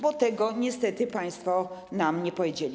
Bo tego niestety państwo nam nie powiedzieli.